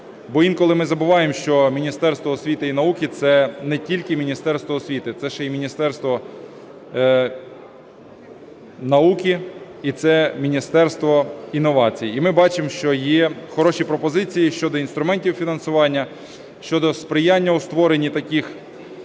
Бо інколи ми забуваємо, що Міністерство освіти і науки – це не тільки міністерство освіти, це ще й міністерство науки і це міністерство інновацій. І ми бачимо, що є хороші пропозиції щодо інструментів фінансування, щодо сприяння у створенні таких центрів